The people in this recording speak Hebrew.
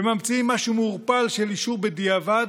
וממציאים משהו מעורפל של אישור בדיעבד?